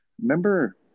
remember